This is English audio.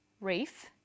reef